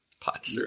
pot